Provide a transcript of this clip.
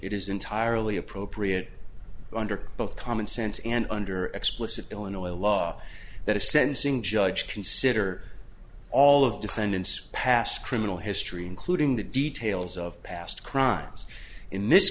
is entirely appropriate under both common sense and under explicit illinois law that a sensing judge consider all of defendant's past criminal history including the details of past crimes in this